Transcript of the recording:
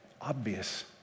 obvious